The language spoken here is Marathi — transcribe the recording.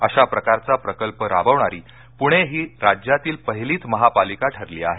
अशा प्रकारचा प्रकल्प राबवणारी पुणे ही राज्यातील पहिलीच महापालिका ठरली आहे